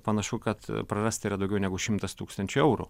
panašu kad prarasta yra daugiau negu šimtas tūkstančių eurų